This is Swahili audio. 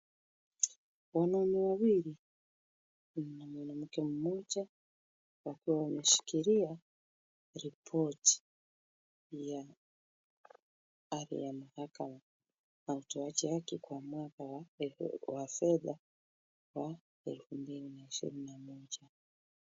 Wanaume wawili, kuna mwanamke mmoja wakiwa wameshikilia ripoti ya ardhi ya mpaka na utoaji wake kwa mwaka wa fedha wa elfu mbili ishirini na moja.